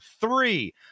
three